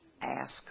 Ask